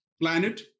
planet